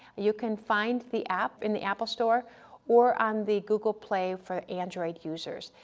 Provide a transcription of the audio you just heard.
you can find the app in the apple store or on the google play for android users,